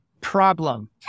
problem